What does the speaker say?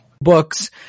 books